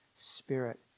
Spirit